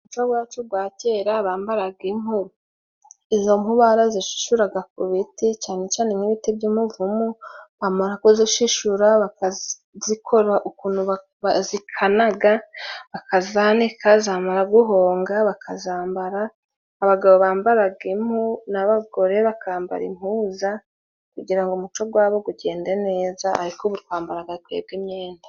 Umuco wacu gwa kera bambaraga impu. Izo mpu barazishishuraga ku biti cyane cyane nk'ibiti by'umuvumu, bamara kuzishishura bakazikora ukuntu ba zikanaga. Bakazanika zamara guhonga bakazambara. Abagabo bambaraga impu, n'abagore bakambara impuza, kugira ngo umuco gwabo gugende neza, ariko ubu twambararaga twebwe imyenda.